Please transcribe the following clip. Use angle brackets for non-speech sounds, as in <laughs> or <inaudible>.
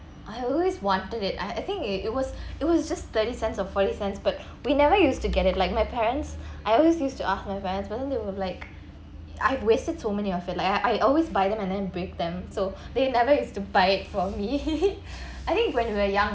I always wanted it I think it it was it was just thirty cents or forty cents but we never used to get it like my parents I always used to ask my parents when they were like I've wasted so many of it like I always buy them and then break them so they never used to buy it for me <laughs> I think when we were young